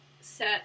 set